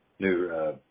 New